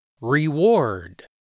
Reward